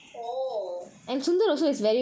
oh okay